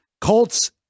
Colts